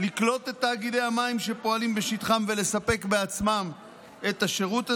לקלוט את תאגידי המים שפועלים בשטחן ולספק בעצמן את השירות הזה,